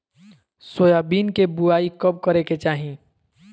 Soybean के बुआई कब करे के चाहि?